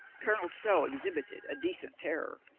colonel stow exhibited a decent terror.